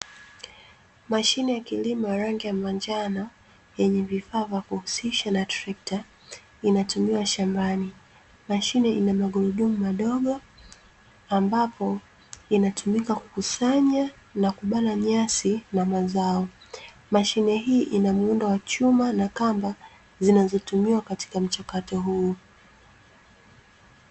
Mashine ya kilimo ya rangi ya manjano yenye vifaa vya kuhusisha na trekta inatumiwa shambani. Mashine ina magurudumu madogo ambapo, inatumika kukusanya na kubana nyasi na mazao. Mashine hii ina muundo wa chuma na kamba zinazo tumiwa katika mchakato huu.